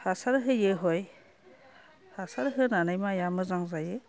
हासार होयो हय हासार होनानै माइया मोजां जायो